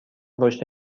رشدی